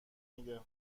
میده